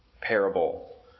parable